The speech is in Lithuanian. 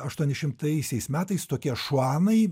aštuoni šimtaisiais metais tokie šuanai